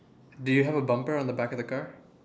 do you have a bumper on the back of the car